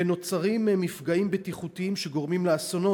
ונוצרים מפגעים בטיחותיים שגורמים לאסונות